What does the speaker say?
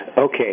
Okay